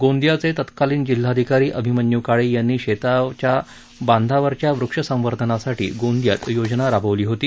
गोंदियाचे तत्कालीन जिल्हाधिकारी अभिमन्यू काळे यांनी शेतबांधावरच्या वृक्ष संवर्धनासाठी गोंदियात योजना राबवली होती